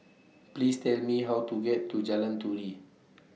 Please Tell Me How to get to Jalan Turi